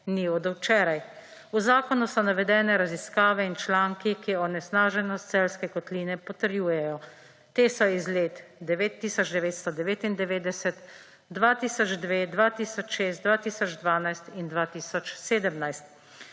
ni od včeraj. V zakonu so navedene raziskave in članki, ki onesnaženost Celjske kotline potrjujejo. Te so iz let 1999, 2002, 2006, 2012 in 2017.